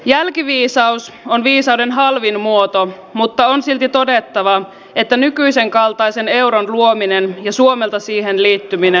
jälkiviisaus on viisauden halvin muoto mutta on silti todettava että nykyisenkaltaisen euron luominen ja suomelta siihen liittyminen oli virhe